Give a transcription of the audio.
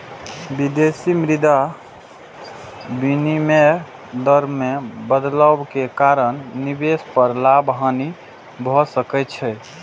विदेशी मुद्रा विनिमय दर मे बदलाव के कारण निवेश पर लाभ, हानि भए सकै छै